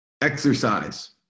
exercise